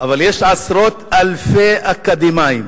אבל יש עשרות אלפי אקדמאים